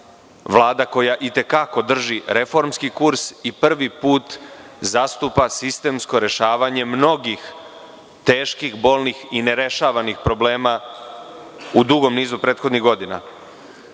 Vlada koja i te kako drži reformski kurs i prvi put zastupa sistemsko rešavanje mnogih teških, bolnih i nerešavanih problema u dugom nizu prethodnih godina.